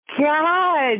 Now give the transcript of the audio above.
God